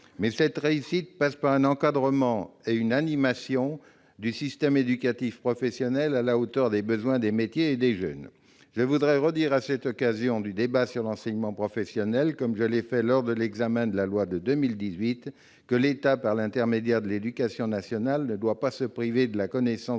des jeunes, laquelle passe par un encadrement et une animation du système éducatif professionnel à la hauteur des besoins des métiers et des jeunes. Je voudrais dire à cette occasion, comme je l'ai fait lors de l'examen de la loi de 2018, que l'État, par l'intermédiaire de l'éducation nationale, ne doit pas se priver de la connaissance